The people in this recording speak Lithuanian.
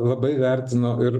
labai vertino ir